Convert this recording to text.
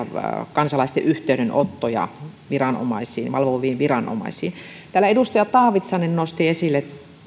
kansalaisten yhteydenottoja valvoviin viranomaisiin täällä edustaja taavitsainen nosti esille